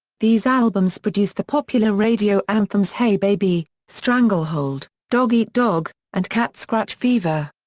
these albums produced the popular radio anthems hey baby, stranglehold, dog eat dog, and cat scratch fever.